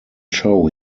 show